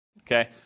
okay